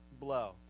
blow